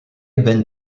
ben